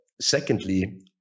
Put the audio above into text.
secondly